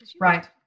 Right